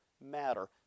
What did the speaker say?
matter